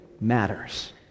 matters